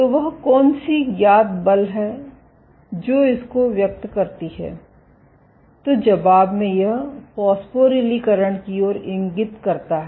तो वह कौन सी ज्ञात बल है जो इसको व्यक्त करती है तो जबाब में यह फास्फोरिलीकरण की ओर इंगित करता है